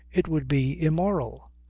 it would be immoral.